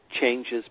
changes